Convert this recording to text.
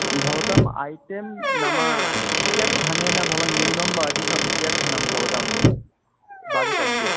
भवतां ऐटं नाम कियद्धनेन भवान् न्यूनं वा अधिकं कियद्धनं भवतां बड्जेट् अस्ति